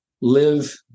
live